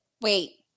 Wait